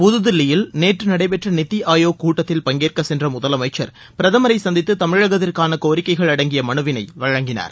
புதுதில்லியில் நேற்று நடைபெற்ற நித்தி ஆயோக் கூட்டத்தில் பங்கேற்கச் சென்ற முதலமைச்சர் பிரதமரை சந்தித்து தமிழகத்திற்கான கோரிக்கைகள் அடங்கிய மனுவினை வழங்கினார்